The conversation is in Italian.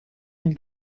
nel